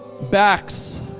Backs